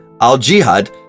al-Jihad